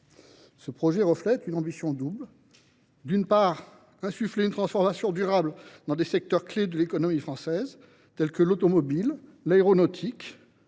Ce projet reflète une ambition double : d’une part, insuffler une transformation durable dans des secteurs clés de l’économie française, tels que l’automobile, l’aéronautique,